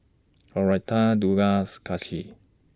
Loretta Delos Kacey